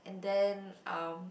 and then um